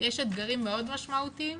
יש אתגרים מאוד משמעותיים,